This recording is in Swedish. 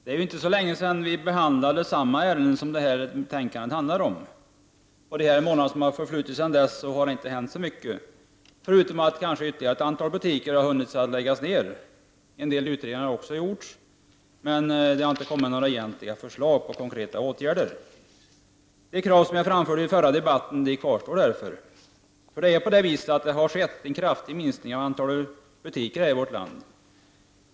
Herr talman! Det är inte så länge sedan vi behandlade samma ärende som detta betänkande handlar om. Under de månader som har förflutit sedan dess har det inte hänt så mycket, förutom att kanske ytterligare ett antal butiker har hunnit läggas ner. En del utredningar har också gjorts, men det har inte kommit några förslag till konkreta åtgärder. De krav som jag framförde i den förra debatten kvarstår därför. Det har skett en kraftig minskning av antalet butiker i vårt land.